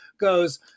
goes